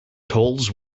tolls